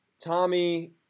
Tommy